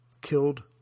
killed